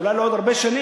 אולי לא עוד הרבה שנים,